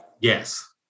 Yes